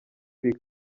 iri